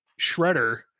Shredder